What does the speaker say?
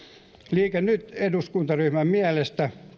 liike nyt eduskuntaryhmän mielestä